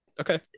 Okay